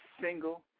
single